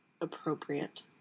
appropriate